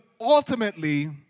ultimately